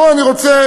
פה אני רוצה,